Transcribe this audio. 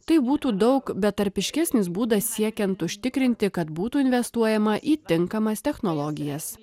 tai būtų daug betarpiškesnis būdas siekiant užtikrinti kad būtų investuojama į tinkamas technologijas